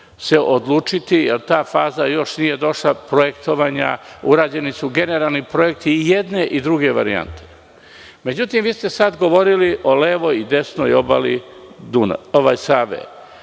se odlučiti, jer ta faza nije došla do projektovanja. Uređeni su generalni projekti i jedne i druge varijante.Međutim, vi ste sada govorili o levoj i desnoj obali Save.